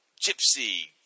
Gypsy